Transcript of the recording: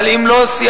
אבל לא סיימנו.